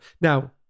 Now